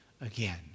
again